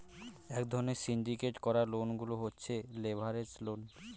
এক ধরণের সিন্ডিকেট করা লোন গুলো হচ্ছে লেভারেজ লোন